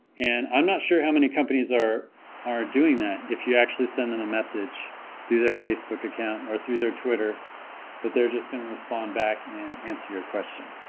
and i'm not sure how many companies are are doing that if you actually send them and a message through their facebook account or through their twitter that they're just gonna respond back and answer your question